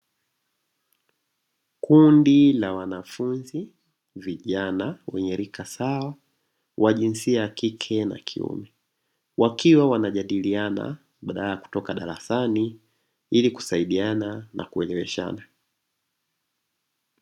Kundi la wanafunzi vijana wenye rika sawa wa jinsia ya kike na kiume, wakiwa wanajadiliana badala ya kutoka darasani ili kusaidiana na kueleweshana.